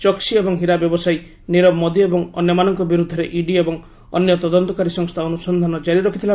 ଚୋକ୍ସି ଏବଂ ହୀରା ବ୍ୟବସାୟୀ ନିରବ ମୋଦି ଏବଂ ଅନ୍ୟମାନଙ୍କ ବିରୁଦ୍ଧରେ ଇଡି ଏବଂ ଅନ୍ୟ ତଦନ୍ତକାରୀ ସଂସ୍ଥା ଅନୁସନ୍ଧାନ କାରି ରଖିଛନ୍ତି